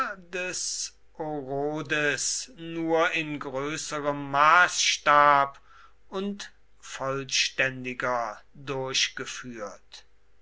des orodes nur in größerem maßstab und vollständiger durchgeführt